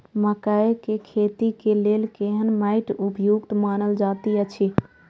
मकैय के खेती के लेल केहन मैट उपयुक्त मानल जाति अछि?